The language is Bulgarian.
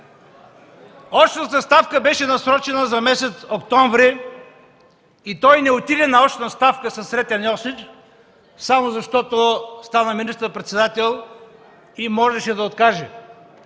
Очната ставка беше насрочена за месец октомври, но той не отиде на очна ставка със Сретен Йосич само защото стана министър-председател и можеше да откаже.